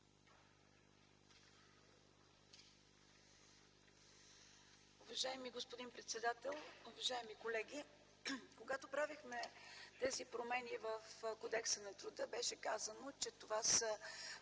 Уважаеми господин председател, уважаеми колеги! Когато правихме тези промени в Кодекса на труда, беше казано, че това са